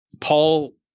Paul